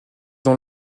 dans